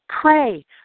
Pray